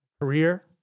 career